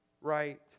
right